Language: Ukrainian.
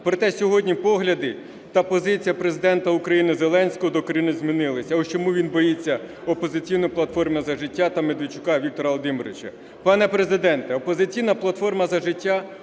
Проте сьогодні погляди та позиція Президента України Зеленського докорінно змінилися. Ось чому він боїться "Опозиційну платформу – За життя" та Медведчука Віктора Володимировича.